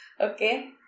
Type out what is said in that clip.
Okay